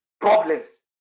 problems